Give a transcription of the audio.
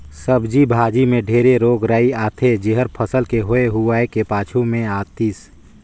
सब्जी भाजी मे ढेरे रोग राई आथे जेहर फसल के होए हुवाए के पाछू मे आतिस